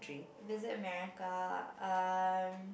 visit America um